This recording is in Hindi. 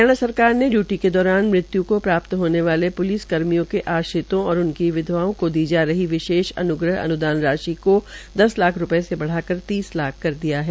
हरियाणा सरकार डयूटी के दौरान मृत्यु को प्राप्त होने वाले प्लिस कर्मियों के आश्रितों और विधवा को दी जा रही विशेष अन्ग्रह अन्दान राशि को दस लाख रूपये से बढ़ाकर तीस लाख किया है